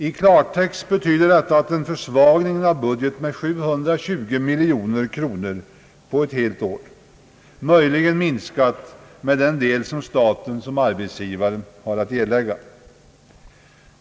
I klartext betyder detta en försvagning av budgeten med 720 miljoner kronor på ett helt år, möjligen minskat med den del som staten såsom arbetsgivare har att erlägga.